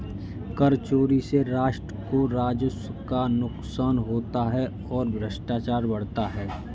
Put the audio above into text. कर चोरी से राष्ट्र को राजस्व का नुकसान होता है और भ्रष्टाचार बढ़ता है